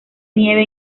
nieve